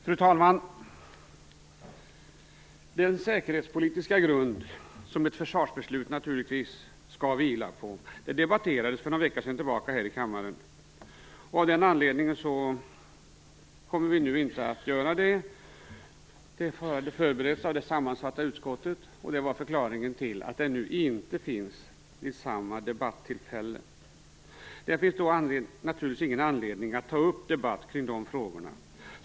Fru talman! Den säkerhetspolitiska grund som ett försvarsbeslut naturligtvis skall vila på debatterades för någon vecka sedan här i kammaren. Av den anledningen kommer vi nu inte att göra det. De frågorna förbereds av det sammansatta utskottet. Det är förklaringen till att de inte finns med vid samma debattillfälle. Det finns då naturligtvis ingen anledning att ta upp debatt kring det.